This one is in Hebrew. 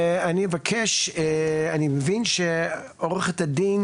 ואני אבקש, אני מבין שעורכת הדין